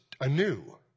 anew